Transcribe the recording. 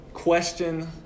Question